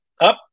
up